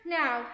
now